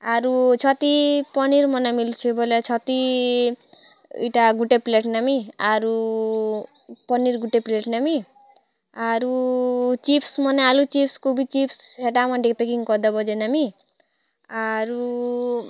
ଆରୁ ଛତି ପନିର୍ ମନେ ମିଲୁଛେ ବୋଲେ ଛତି ଏଇଟା ଗୁଟେ ପ୍ଲେଟ୍ ନେମି ଆରୁ ପନିର ଗୁଟେ ପ୍ଲେଟ୍ ନେମି ଆରୁ ଚିପ୍ସ ମନେ ଆଲୁ ଚିପ୍ସ କୁ ବି ଚିପ୍ସ ସେଟା ମାନ୍ ଟିକେ ପେକିଙ୍ଗ୍ କରି ଦବ ଯେ ନେମି ଆରୁ